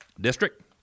District